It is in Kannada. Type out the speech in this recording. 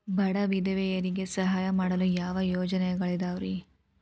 ಬಡ ವಿಧವೆಯರಿಗೆ ಸಹಾಯ ಮಾಡಲು ಯಾವ ಯೋಜನೆಗಳಿದಾವ್ರಿ?